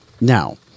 Now